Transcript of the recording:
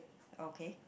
okay